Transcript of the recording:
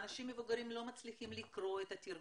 האנשים המבוגרים לא מצליחים לקרוא את התרגום,